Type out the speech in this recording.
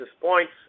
points